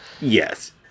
Yes